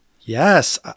Yes